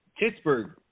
Pittsburgh